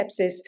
sepsis